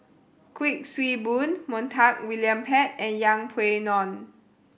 Kuik Swee Boon Montague William Pett and Yeng Pway Ngon